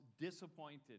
disappointed